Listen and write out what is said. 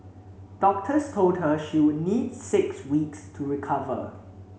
doctors told her she would need six weeks to recover